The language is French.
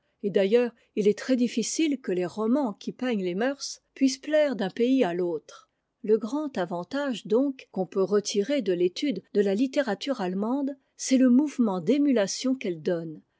et d'ailleurs il est très difci e que les romans qui peignent les mœurs puissent plaire d'un pays à l'autre le grand avantage donc qu'on peut retirer de l'étude de la littérature allemande c'est le mouvement d'émulation qu'elle donne